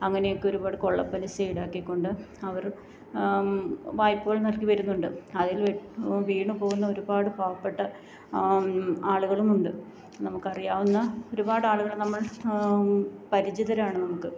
അങ്ങനെ ഒക്കെ ഒരുപാട് കൊള്ള പലിശ ഈടാക്കിക്കൊണ്ട് അവർ വായ്പ്പകൾ നൽകി വരുന്നുണ്ട് അതിൽ വീണ് പോവുന്ന ഒരുപാട് പാവപ്പെട്ട ആളുകളുമുണ്ട് നമുക്കറിയാവുന്ന ഒരുപാട് ആളുകൾ നമ്മൾ പരിചിതരാണ് നമുക്ക്